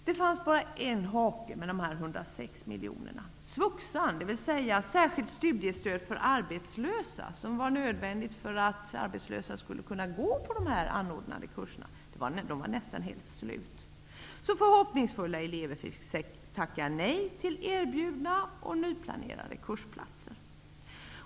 Det fanns bara en hake med de 106 miljonerna: som var nödvändigt för att arbetslösa skulle kunna gå på dessa kurser -- var nästan helt slut. Förhoppningsfulla elever fick tacka nej till erbjudna och nyplanerade kursplatser.